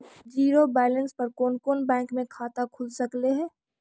Zero balance पर कोन कोन बैंक में खाता खुल सकले हे?